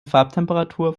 farbtemperatur